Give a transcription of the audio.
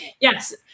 Yes